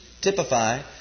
typify